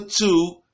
two